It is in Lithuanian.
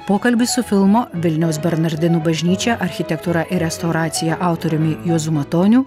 pokalbis su filmo vilniaus bernardinų bažnyčia architektūra ir restauracija autoriumi juozu matoniu